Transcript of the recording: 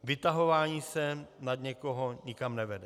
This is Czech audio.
Vytahování se nad někoho nikam nevede.